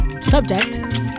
subject